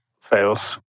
fails